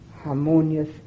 harmonious